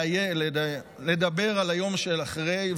לדבר על היום שאחרי,